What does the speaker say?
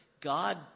God